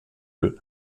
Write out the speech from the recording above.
eux